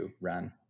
run